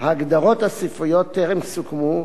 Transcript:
ההגדרות הסופיות טרם סוכמו,